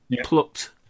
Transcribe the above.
plucked